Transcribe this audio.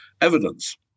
evidence